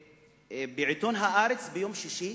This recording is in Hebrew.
בעיתון "הארץ" ביום שישי